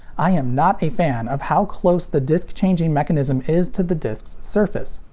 i am not a fan of how close the disc changing mechanism is to the disc's surface.